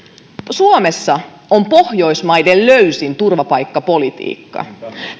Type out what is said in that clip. suomessa on pohjoismaiden löysin turvapaikkapolitiikka